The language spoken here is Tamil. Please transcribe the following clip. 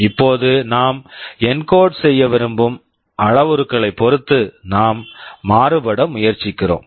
இப்போது நாம் என்கோட் encode செய்ய விரும்பும் அளவுருக்களைப் பொறுத்து நாம் மாறுபட முயற்சிக்கிறோம்